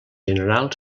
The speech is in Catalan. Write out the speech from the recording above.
general